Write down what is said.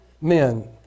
men